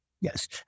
Yes